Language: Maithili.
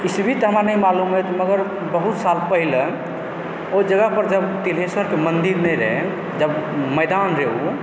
ईस्वी तऽ हमरा नहि मालुम अछि मगर बहुत साल पहिले ओहि जगह पर जब तिल्हेश्वरके मन्दिर नहि रहै जब मैदान रहय ओ